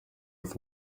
with